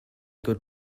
good